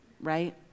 right